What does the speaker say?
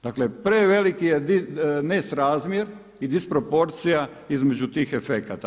Dakle, preveliki je nesrazmjer i disproporcija između tih efekata.